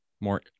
more